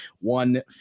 one